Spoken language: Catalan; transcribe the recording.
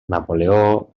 napoleó